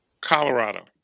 Colorado